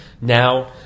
Now